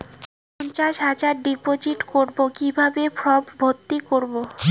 পঞ্চাশ হাজার ডিপোজিট করবো কিভাবে ফর্ম ভর্তি করবো?